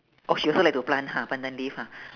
oh she also like to plant ha pandan leaf ha